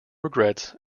regrets